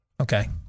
Okay